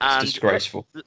disgraceful